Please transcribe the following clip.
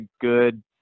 good